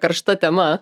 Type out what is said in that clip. karšta tema